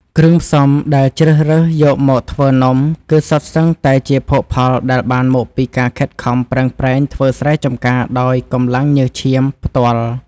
គ្រឿងផ្សំដែលជ្រើសរើសយកមកធ្វើនំគឺសុទ្ធសឹងតែជាភោគផលដែលបានមកពីការខិតខំប្រឹងប្រែងធ្វើស្រែចំការដោយកម្លាំងញើសឈាមផ្ទាល់។